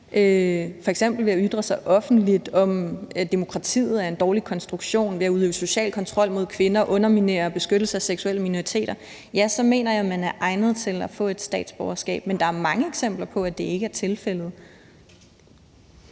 ved at ytre sig offentligt om, at demokratiet er en dårlig konstruktion, ved at udøve social kontrol mod kvinder, ved at underminere beskyttelse af seksuelle minoriteter, ja, så mener jeg, at man er egnet til at få et statsborgerskab. Men der er mange eksempler på, at det ikke er tilfældet.